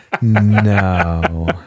No